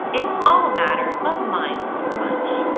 it's all a matter of mind over munch.